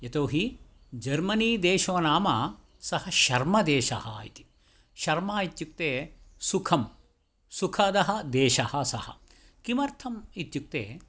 एतोहि Germany देशो नाम सः शर्मदेशः इति शर्मा इत्युक्ते सुखम् सुखदः देशः सः किमर्थमं इत्युक्ते